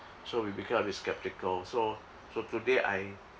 so we become a bit skeptical so so today I